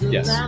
Yes